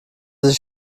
sich